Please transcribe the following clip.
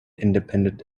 independent